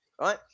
right